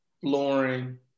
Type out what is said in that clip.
flooring